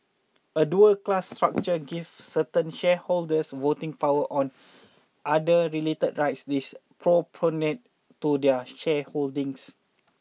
a dual class structure gives certain shareholders voting power or other related rights disproportionate to their shareholding